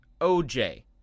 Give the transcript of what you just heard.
OJ